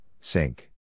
sink